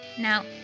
Now